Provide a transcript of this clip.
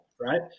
right